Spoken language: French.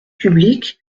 public